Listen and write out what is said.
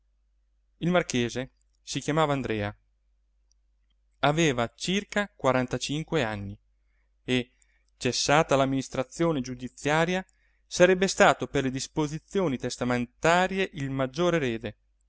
il marchese si chiamava andrea aveva circa quarantacinque anni e cessata l'amministrazione giudiziaria sarebbe stato per le disposizioni testamentarie il maggior erede